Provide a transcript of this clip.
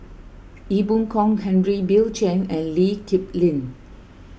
Ee Boon Kong Henry Bill Chen and Lee Kip Lin